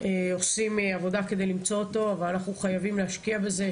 עושה עבודה כדי למצוא אותו אבל אנחנו חייבים להשקיע בזה.